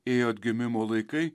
ėjo atgimimo laikai